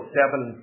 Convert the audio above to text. seven